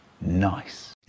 Nice